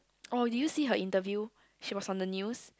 oh did you see her interview she was on the news